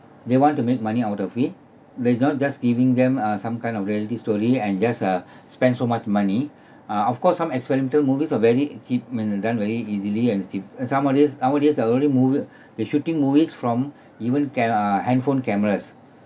they want to make money out of it they not just giving them uh some kind of reality story and just uh spend so much money ah of course some experimental movies are very uh cheap men and done very easily at the scene and some of these nowadays already movie they shooting movies from even ca~ uh handphone cameras